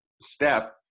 step